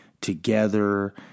together